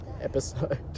episode